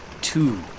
Two